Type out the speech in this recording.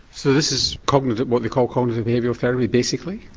so this is cognitive, what they call cognitive behavioural therapy basically?